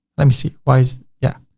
let me see. why is. yeah.